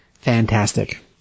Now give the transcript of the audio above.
Fantastic